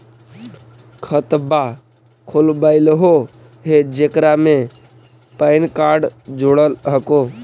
खातवा खोलवैलहो हे जेकरा मे पैन कार्ड जोड़ल हको?